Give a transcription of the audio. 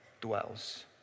dwells